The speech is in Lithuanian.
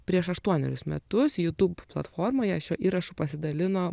prieš aštuonerius metus jutūb platformoje šiuo įrašu pasidalino